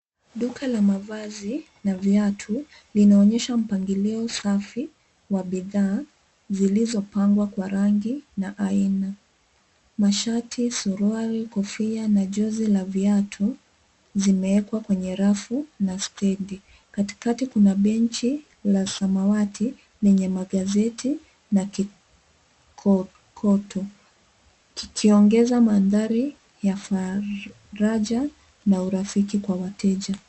Duka la mavazi na viatu linaonyesha mpangilio safi wa bidhaa zilizopangwa kwa rangi na aina. Mashati, suruali, kofia na jozi za viatu zimeekwa kwenye rafu na stendi. Katikati kuna benchi la samawati lenye magazeti na kikokotoo, kikiongeza mandhari ya faraja na urafiki kwa wateja.